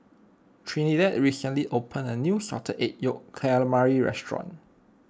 Trinidad recently opened a new Salted Egg Yolk Calamari restaurant